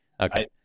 Okay